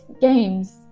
games